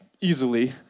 easily